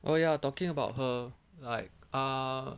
oh ya talking about her like uh